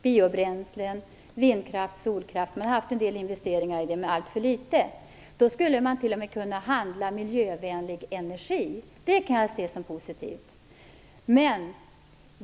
Det har varit alldeles för få investeringar i biobränslen, vindkraft och solkraft. Då skulle man t.o.m. kunna handla miljövänlig energi. Det kan jag se som positivt.